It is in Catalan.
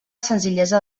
senzillesa